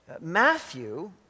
matthew